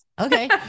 Okay